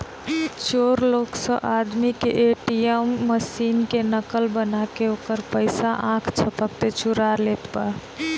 चोर लोग स आदमी के ए.टी.एम मशीन के नकल बना के ओकर पइसा आख झपकते चुरा लेत बा